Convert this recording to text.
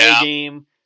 game